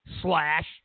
slash